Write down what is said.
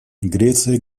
греция